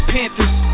Panthers